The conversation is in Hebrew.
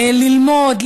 ללמוד,